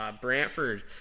Brantford